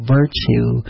virtue